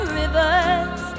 rivers